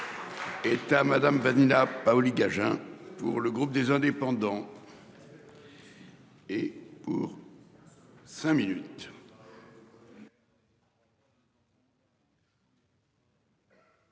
Est Madame Vanina Paoli-Gagin pour le groupe des Indépendants. Et pour. Cinq minutes.